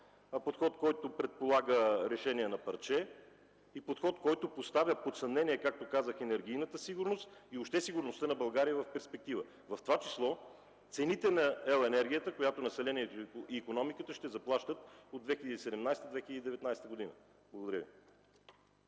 Подход, който предполага решение на парче и подход, който поставя под съмнение, както казах, енергийната сигурност и въобще сигурността на България в перспектива. В това число цените на електрическата енергия, която населението и икономиката ще заплащат от 2017-2019 г. Благодаря Ви.